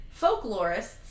Folklorists